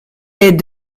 est